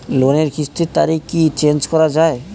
লোনের কিস্তির তারিখ কি চেঞ্জ করা যায়?